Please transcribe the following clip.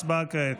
הצבעה כעת.